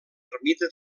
ermita